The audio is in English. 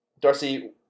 Darcy